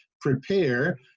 prepare